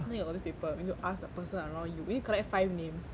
then got all these people we need to ask the person around you we need to collect five names